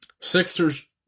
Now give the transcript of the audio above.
Sixers